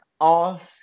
ask